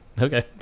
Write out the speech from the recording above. Okay